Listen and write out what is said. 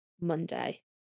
Monday